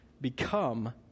become